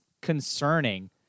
concerning